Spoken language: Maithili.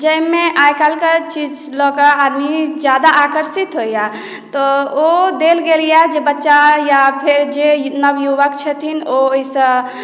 जाहिमे आइकाल्हिके चीज लऽ कऽ आदमी जादा आकर्षित होइया तऽ ओ दल गेल यऽ जे बच्चा या फेर जे नवयुवक छथिन ओ ओहिसँ